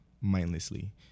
mindlessly